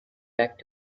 back